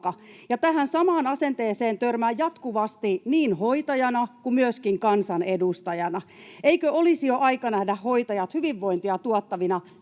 tähän samaan asenteeseen törmää jatkuvasti niin hoitajana kuin myöskin kansanedustajana. Eikö olisi jo aika nähdä hoitajat hyvinvointia tuottavina,